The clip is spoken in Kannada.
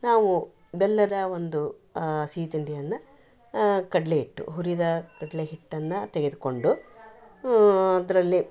ನಾವು ಬೆಲ್ಲದ ಒಂದು ಸಿಹಿ ತಿಂಡಿಯನ್ನ ಕಡಲೆ ಹಿಟ್ಟು ಹುರಿದ ಕಡಲೆ ಹಿಟ್ಟನ್ನ ತೆಗೆದುಕೊಂಡು ಅದರಲ್ಲಿ